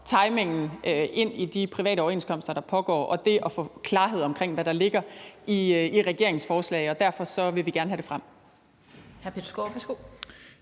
forhandling om de private overenskomster, der pågår, og det at få klarhed over, hvad der ligger i regeringens forslag, og derfor vil vi gerne have det frem.